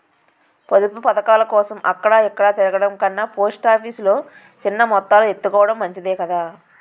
పొదుపు పదకాలకోసం అక్కడ ఇక్కడా తిరగడం కన్నా పోస్ట్ ఆఫీసు లో సిన్న మొత్తాలు ఎత్తుకోడం మంచిదే కదా